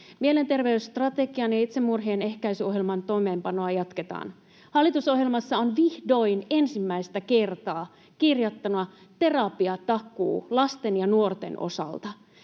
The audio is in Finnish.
Mielenterveysstrategian ja itsemurhien ehkäisyohjelman toimeenpanoa jatketaan. Hallitusohjelmassa on vihdoin ensimmäistä kertaa kirjattuna terapiatakuu lasten ja nuorten osalta.